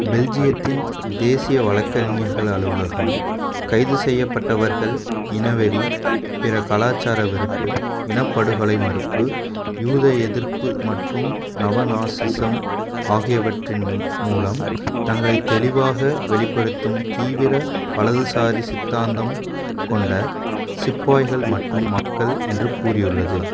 பெல்ஜியத்தின் தேசிய வழக்கறிஞர்கள் அலுவலகம் கைது செய்யப்பட்டவர்கள் இனவெறி பிற கலாச்சார வெறுப்பு இனப்படுகொலை மறுப்பு யூத எதிர்ப்பு மற்றும் நவ நாசிசம் ஆகியவற்றின் மூலம் தங்களைத் தெளிவாக வெளிப்படுத்தும் தீவிர வலதுசாரி சித்தாந்தம் கொண்ட சிப்பாய்கள் மற்றும் மக்கள் என்று கூறியுள்ளது